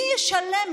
מי ישלם?